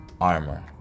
armor